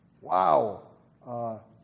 Wow